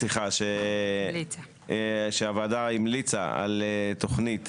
סליחה, שהוועדה המליצה על תוכנית